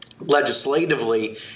legislatively